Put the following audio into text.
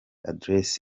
address